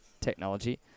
technology